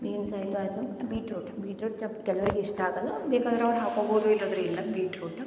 beans ಎಲ್ಲಆಯಿತು beetroot beetroot ಕೆಲವರಿಗೆ ಇಷ್ಟ ಹಾಕೋದು ಬೇಕಾದರೆ ಅವರು ಹಾಕೋಬೋದು ಇಲ್ಲಾಂದರೆ ಇಲ್ಲ ಬಿಟ್ರೋಟ್